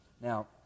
Now